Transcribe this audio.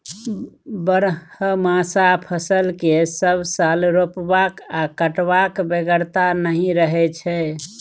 बरहमासा फसल केँ सब साल रोपबाक आ कटबाक बेगरता नहि रहै छै